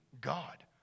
God